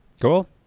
Cool